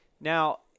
Now